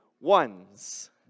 ones